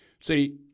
See